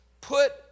put